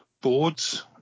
boards